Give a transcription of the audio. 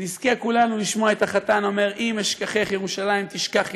ונזכה כולנו לשמוע את החתן אומר "אם אשכחך ירושלים תשכח ימיני,